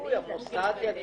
--- פייסבוק ומגלים